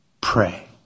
pray